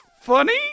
funny